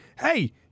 hey